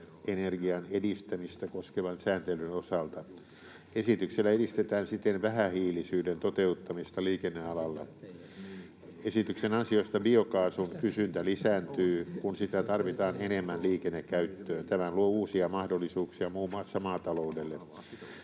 ener-gian edistämistä koskevan sääntelyn osalta. Esityksellä edistetään siten vähähiilisyyden toteuttamista liikennealalla. Esityksen ansiosta biokaasun kysyntä lisääntyy, kun sitä tarvitaan enemmän liikennekäyttöön. Tämä luo uusia mahdollisuuksia muun muassa maataloudelle.